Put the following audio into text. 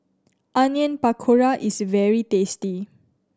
Onion Pakora is very tasty